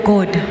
God